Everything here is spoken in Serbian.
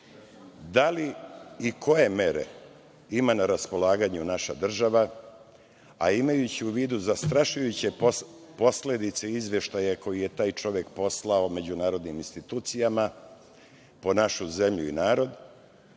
da li i koje mere ima na raspolaganju naša država, a imajući u vidu zastrašujuće posledice izveštaja koji je taj čovek poslao međunarodnim institucijama po našu zemlju i narod,